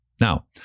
Now